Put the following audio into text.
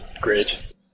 great